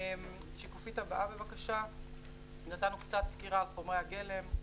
בשקופית הבאה נתנו קצת סקירה על חומרי הגלם.